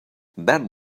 then